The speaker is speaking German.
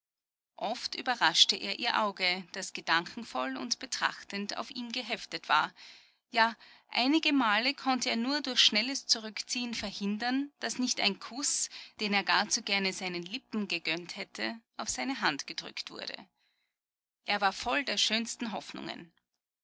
oft überraschte er ihr auge das gedankenvoll und betrachtend auf ihn geheftet war ja einigemale konnte er nur durch schnelles zurückziehen verhindern daß nicht ein kuß den er gar zu gerne seinen lippen gegönnt hätte auf seine hand gedrückt wurde er war voll der schönsten hoffnungen